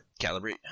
Calibrate